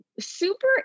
super